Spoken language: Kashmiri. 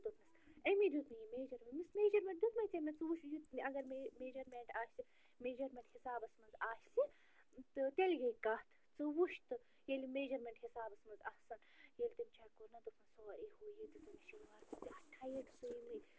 دوٚپنَس أمی دیُت مےٚ یہِ میجَرمٮ۪نٛٹ دوٚپمَس میجَرمٮ۪نٛٹ دیُتمَے ژےٚ مےٚ ژٕ وٕچھ یہِ اگر مےٚ یہِ میجَرمٮ۪نٛٹ آسہِ میجَرمٮ۪نٛٹ حِسابَس منٛز آسہِ تہٕ تیٚلہِ گٔے کتھ ژٕ وٕچھ تہٕ ییٚلہِ یہِ میجَرمٮ۪نٛٹ حِسابس منٛز آسَن ییٚلہِ تٔمۍ چَک کوٚر نَہ دوٚپُن ساری ہُہ یہِ ٹایِت سُیمٕتۍ